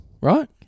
right